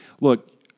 look